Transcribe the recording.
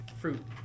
fruit